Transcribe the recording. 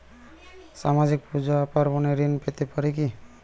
সামাজিক পূজা পার্বণে ঋণ পেতে পারে কি?